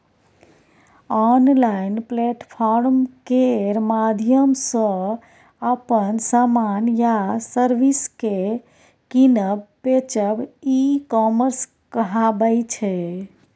online platform केर माध्यमसँ अपन समान या सर्विस केँ कीनब बेचब ई कामर्स कहाबै छै